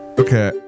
okay